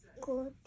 Good